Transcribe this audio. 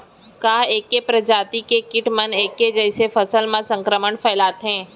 का ऐके प्रजाति के किट मन ऐके जइसे फसल म संक्रमण फइलाथें?